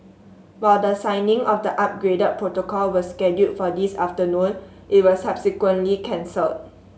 while the signing of the upgraded protocol was scheduled for this afternoon it was subsequently cancel